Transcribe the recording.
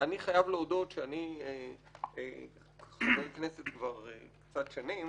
אני חייב להודות שאני חבר כנסת מעט שנים,